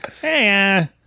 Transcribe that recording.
hey